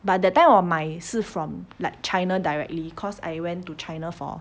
but that time 我买是 from like china directly cause I went to china for